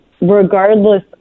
regardless